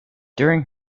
during